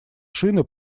шины